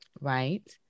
Right